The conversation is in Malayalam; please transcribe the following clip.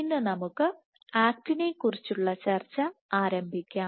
ഇന്ന് നമുക്ക് ആക്റ്റിനെ കുറിച്ചുള്ള ചർച്ച ആരംഭിക്കാം